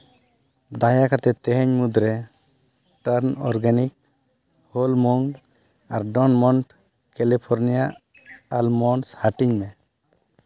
ᱫᱟᱭᱟ ᱠᱟᱛᱮᱫ ᱛᱮᱦᱤᱧ ᱢᱩᱫᱽᱨᱮ ᱴᱟᱨᱱ ᱚᱨᱜᱟᱱᱤᱠ ᱦᱳᱞ ᱢᱩᱱ ᱟᱨ ᱰᱚᱱ ᱢᱚᱱ ᱠᱮᱞᱤᱯᱷᱳᱨᱱᱤᱭᱟ ᱟᱞᱢᱚᱱᱰᱥ ᱦᱟᱹᱴᱤᱧ ᱢᱮ